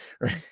right